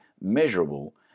measurable